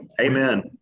amen